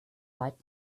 light